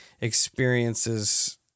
experiences